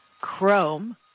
Chrome